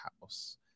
house